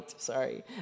sorry